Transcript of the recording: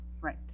right